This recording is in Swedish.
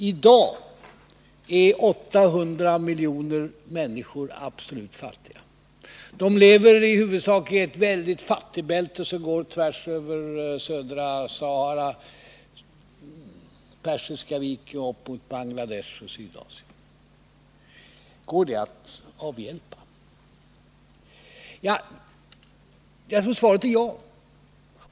I dag är 800 miljoner människor absolut fattiga. De lever i huvudsak i ett väldigt fattigbälte, som går tvärs över södra Sahara och Persiska viken upp mot Bangladesh och Sydasien. Går det att avhjälpa? Jag tror att svaret är ja.